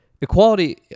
equality